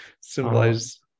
symbolize